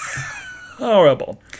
horrible